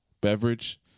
beverage